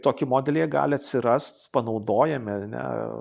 tokį modelį jie gali atsirast panaudojami ane